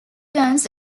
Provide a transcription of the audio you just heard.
turns